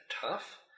tough